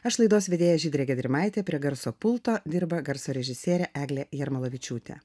aš laidos vedėja žydrė gedrimaitė prie garso pulto dirba garso režisierė eglė jarmalavičiūtė